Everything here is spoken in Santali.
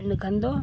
ᱤᱱᱟᱹ ᱠᱷᱟᱱᱫᱚ